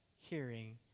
hearing